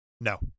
No